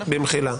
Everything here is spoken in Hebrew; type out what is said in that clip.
במחילה,